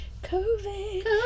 covid